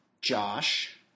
Josh